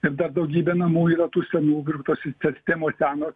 ir dar daugybė namų yra tų senų ir tos sistemos senos